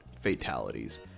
fatalities